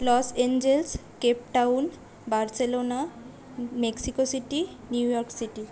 loss Angeles Cape Town Barcelona Mexico City New York city